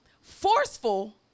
forceful